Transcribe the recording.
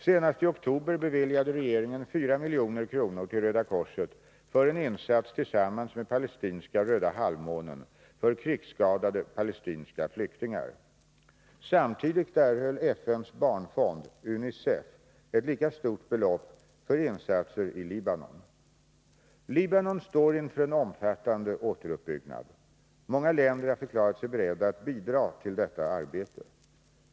Senast i oktober beviljade regeringen 4 milj.kr. till Röda korset för en insats tillsammans med palestinska Röda halvmånen för krigsskadade palestinska flyktingar. Samtidigt erhöll FN:s barnfond ett lika stort belopp för insatser i Libanon. Libanon står inför en omfattande återuppbyggnad. Många länder har förklarat sig beredda att bidra till detta arbete.